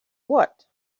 what